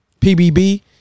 pbb